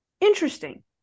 Interesting